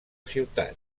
ciutat